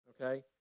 okay